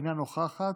אינה נוכחת,